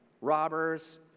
robbers